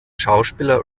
schauspieler